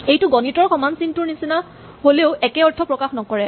এইটো গণিতৰ সমান চিনটোৰ নিচিনা হ'লেও একে অৰ্থ প্ৰকাশ নকৰে